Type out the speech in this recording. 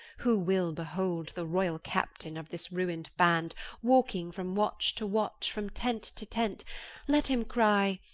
who will behold the royall captaine of this ruin'd band walking from watch to watch, from tent to tent let him cry,